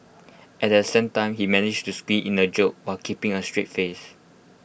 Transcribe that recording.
and at the same time he managed to squeeze in A joke while keeping A straight face